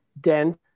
dense